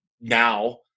now